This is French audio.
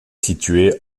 situé